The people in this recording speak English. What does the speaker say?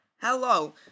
Hello